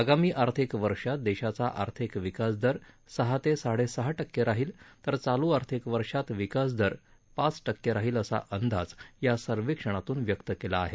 आगामी आर्थिक वर्षात देशाचा आर्थिक विकास दर सहा ते साडेसहा टक्के राहील तर चालु आर्थिक वर्षात विकासदर पाच टक्के राहील असा अंदाज या सर्वेक्षणातून व्यक्त केला आहे